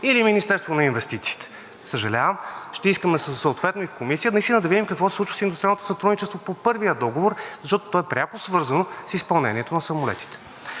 или Министерството на инвестициите. Съжалявам, ще искаме съответно и в Комисията наистина да видим какво се случва с индустриалното сътрудничество по първия договор, защото то е пряко свързано с изпълнението на самолетите.